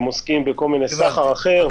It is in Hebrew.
הם עוסקים בסחר אחר,